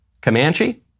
Comanche